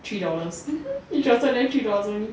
three dollars he transferred them threes dollars only